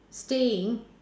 staying